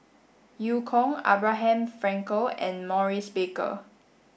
Eu Kong Abraham Frankel and Maurice Baker